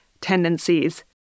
tendencies